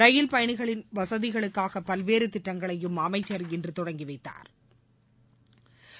ரயில் பயணிகளின் வசதிகளுக்காக பல்வேறு திட்டங்களையும் அமைச்சர் இன்று தொடங்கி வைத்தாா்